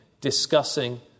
discussing